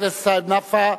חבר הכנסת סעיד נפאע,